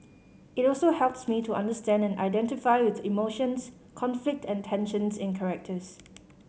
it also helps me to understand and identify with emotions conflict and tensions in characters